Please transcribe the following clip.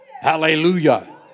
Hallelujah